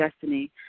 destiny